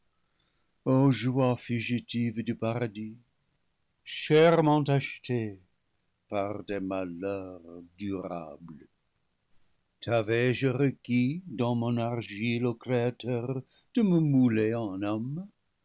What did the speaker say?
du paradis chèrement achetées par des malheurs durables t'a vais-je requis dans mon argile ô créateur de me mouler en homme